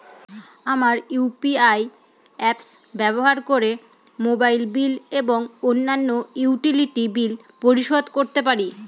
আমরা UPI apps ব্যবহার করে মোবাইল বিল এবং অন্যান্য ইউটিলিটি বিল পরিশোধ করতে পারি